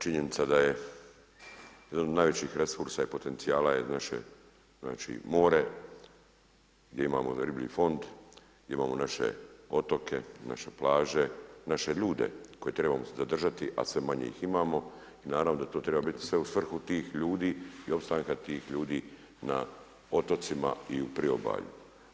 Činjenica da je jedan od najvećih resursa i potencijala je naše more gdje imamo riblji fond, gdje imamo naše otoke, naše plaće, naše ljude koje trebamo zadržati, a sve manje ih imamo i naravno da to treba biti sve u svrhu tih ljudi i opstanka tih ljudi na otocima i u priobalju.